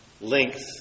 length